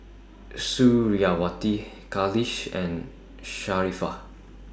Suriawati Khalish and Sharifah